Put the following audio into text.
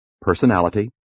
Personality